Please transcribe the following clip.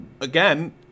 again